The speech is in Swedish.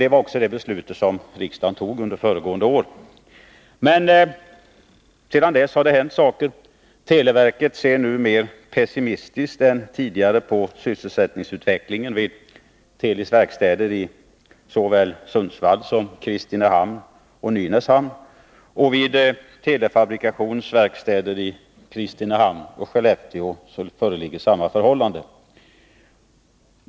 Det var också det beslut som riksdagen tog under föregående år. Men sedan dess har det hänt saker. Televerket ser nu mer pessimistiskt än tidigare på sysselsättningsutvecklingen vid Telis verkstäder i såväl Sundsvall som Kristinehamn och Nynäshamn. Vid Telefabrikations verkstäder i Kristinehamn och Skellefteå föreligger samma förhållande.